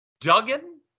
Duggan